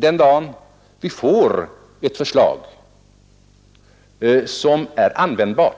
Den dag vi får ett förslag till en ny värderingsnorm som är användbar